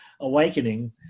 awakening